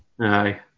Aye